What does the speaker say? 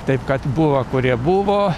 taip kad buvo kurie buvo